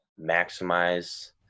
maximize